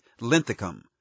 Linthicum